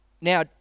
now